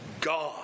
God